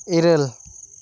ᱤᱨᱟ ᱞ